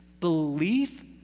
belief